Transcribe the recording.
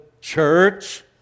church